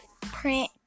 print